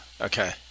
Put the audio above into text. Okay